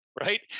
right